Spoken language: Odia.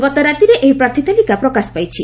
ଗତରାତିରେ ଏହି ପ୍ରାର୍ଥୀ ତାଲିକା ପ୍ରକାଶ ପାଇଛି